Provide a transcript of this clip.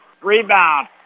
rebound